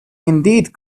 indeed